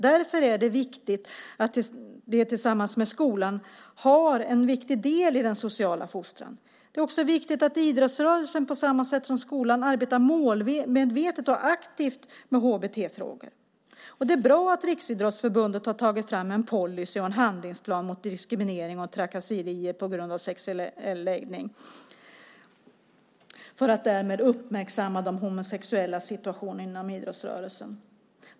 Därför är det viktigt att den tillsammans med skolan har en viktig del i den sociala fostran. Det är också viktigt att idrottsrörelsen på samma sätt som skolan arbetar målmedvetet och aktivt med HBT-frågorna. Det är bra att Riksidrottsförbundet har tagit fram en policy och en handlingsplan mot diskriminering och trakasserier på grund av sexuell läggning för att därmed uppmärksamma de homosexuellas situation inom idrottsrörelsen.